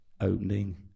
opening